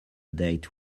date